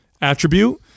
attribute